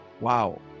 Wow